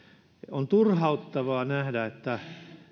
on turhauttavaa nähdä että